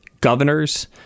governors